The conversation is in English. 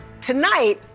tonight